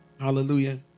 hallelujah